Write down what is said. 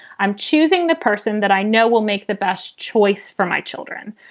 i'm choosing the person that i know will make the best choice for my children.